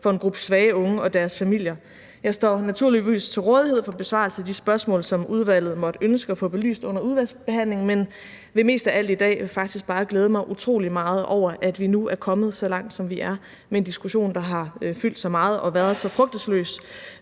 for en gruppe svage unge og deres familier. Jeg står naturligvis til rådighed for besvarelse af de spørgsmål, som udvalget måtte ønske at få belyst under udvalgsbehandlingen, men vil mest af alt i dag faktisk bare glæde mig utrolig meget over, at vi nu er kommet så langt, som vi er, med en diskussion, der har fyldt så meget og været så frugtesløs,